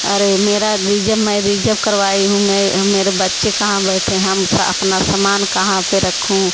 अरे मेरा रिजव मैं रिजव करवाई हूँ मैं मेरे बच्चे कहाँ बैठें हम अपना समान कहाँ पे रखूँ